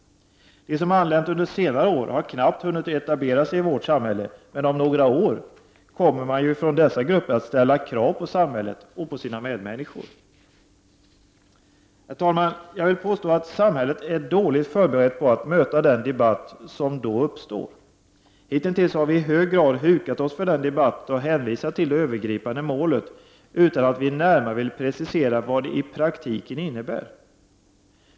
De som har anlänt under senare år har knappt hunnit etablera sig i vårt samhälle. Men om några år kommer dessa grupper att ställa krav på samhället och på sina medmänniskor. Herr talman! Jag vill påstå att samhället är dåligt förberett på att möta den debatt som då uppstår. Hitintills har vi i hög grad hukat för den debatten och hänvisat till det övergripande målet, utan att vi närmare vill precisera vad det i praktiken innebär.